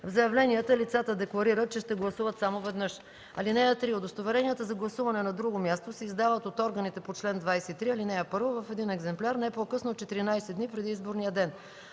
В заявлението лицата декларират, че ще гласуват само веднъж. (3) Удостоверенията за гласуване на друго място се издават от органите по чл. 23, ал. 1 в един екземпляр не по-късно от 14 дни преди изборния ден.